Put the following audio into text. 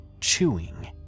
chewing